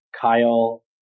Kyle